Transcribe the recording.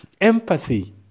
Empathy